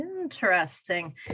Interesting